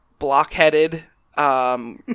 blockheaded